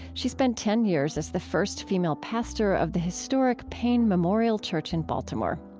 she spent ten years as the first female pastor of the historic payne memorial church in baltimore.